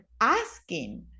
asking